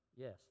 yes